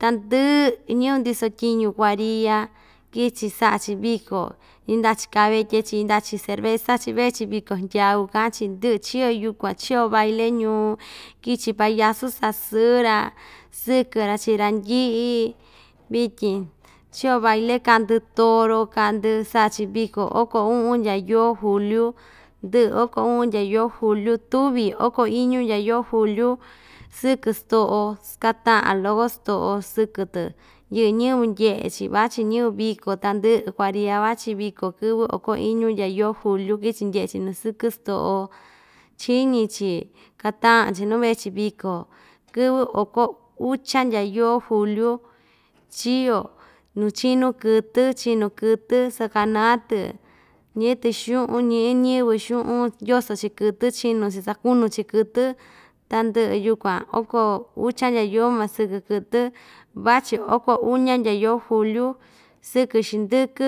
tandɨ'ɨ ñɨvɨ ndiso tyiñu kuaria kichi sa'a‑chi viko yɨnda‑chi kavetye‑chi yɨnda'a‑chi cerveza‑chi vee‑chi viko hndyau ka'an‑chi ndɨ'ɨ chio yukuan chio baile ñuu kichi payasu sasɨɨ‑ra sɨkɨ‑ra chi randyi'i vityi chio baile ka'ndɨ toro ka'ndɨ sa'a‑chi viko oko u'un ndya yoo juliu ndɨ'ɨ oko u'un ndya yoo juliu tuvi oko iñu ndya yoo juliu sɨkɨ sto'o kata'an loko sto'o sɨkɨ‑tɨ yɨ'ɨ ñɨvɨ ndye'e‑chi vachi ñɨvɨ viko tandɨ'ɨ kuaria vachi viko kɨvɨ oko iñu ndya yoo julyu kichi ndye'e‑chi nu sɨkɨ sto'o chíñi‑chi kata'an‑chi nu vee‑chi viko kɨvɨ oko ucha ndya yoo juliu chiyo nu chinu kɨtɨ chinu kɨtɨ sakaná‑tɨ ñi'i‑tɨ xu'un ñi'i ñɨvɨ xu'un yoso‑chi kɨtɨ chinu‑chi sakunu‑chi kɨtɨ tandɨ'ɨ yukuan oko ucha ndya yoo ma sɨkɨ kɨtɨ vachi oko uña ndya yoo julyu sɨkɨ xindɨkɨ.